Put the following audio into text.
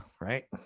right